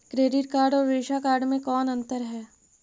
Credit card और visa card मे कौन अन्तर है?